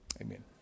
Amen